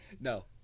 no